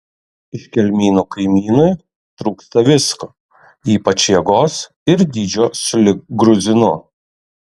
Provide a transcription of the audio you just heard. iš kelmynų kaimynui trūksta visko ypač jėgos ir dydžio sulig gruzinu